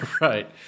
Right